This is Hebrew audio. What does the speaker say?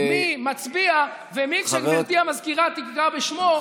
מי מצביע ומי כשגברתי המזכירה תקרא בשמו,